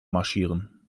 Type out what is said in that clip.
marschieren